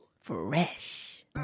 Fresh